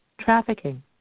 trafficking